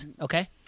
Okay